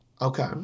Okay